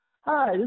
Hi